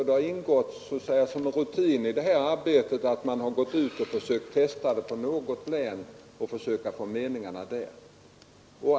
Det har ingått som en rutin i arbetet att vi har försökt testa formulär på något län innan vi gått ut med dem.